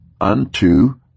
unto